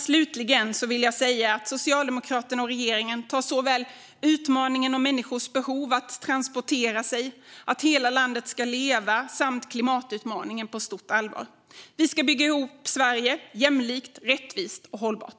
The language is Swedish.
Slutligen vill jag säga att Socialdemokraterna och regeringen tar såväl utmaningen om människors behov av att transportera sig och att hela landet ska leva som klimatutmaningen på stort allvar. Vi ska bygga ihop Sverige - jämlikt, rättvist och hållbart.